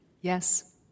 yes